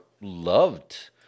loved